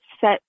set